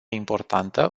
importantă